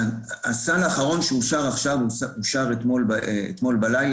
הסל האחרון שאושר עכשיו, אושר אתמול בלילה.